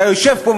אתה יושב פה,